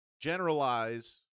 generalize